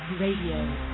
Radio